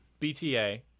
BTA